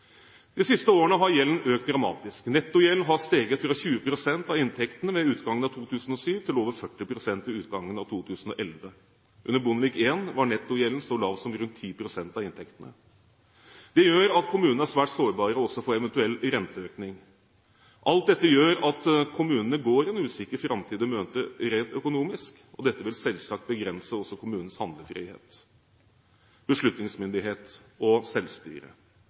De siste årene har gjelden økt dramatisk. Nettogjelden har steget fra 20 pst. av inntektene ved utgangen av 2007 til over 40 pst. ved utgangen av 2011. Under Bondevik I var nettogjelden så lav som rundt 10 pst. av inntektene. Det gjør at kommunene er svært sårbare også for en eventuell renteøkning. Alt dette gjør at kommunene går en usikker framtid i møte rent økonomisk. Dette vil selvsagt også begrense kommunens handlefrihet, beslutningsmyndighet og selvstyre,